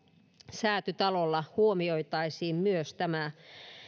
säätytalolla huomioitaisiin myös tämä